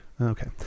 Okay